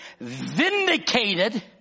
Vindicated